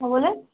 क्या बोले